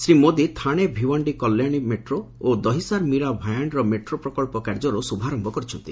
Shri Modi Thane Bhiwandi Kalyani metro ଓ Dahisar Mira Bhayandar metro ପ୍ରକଳ୍ପ କାର୍ଯ୍ୟର ଶୁଭାରନ୍ତ କରିଛନ୍ତି